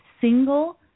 single